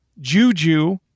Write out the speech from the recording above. juju